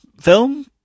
film